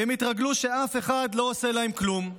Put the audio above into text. כי הם התרגלו שאף אחד לא עושה להם כלום.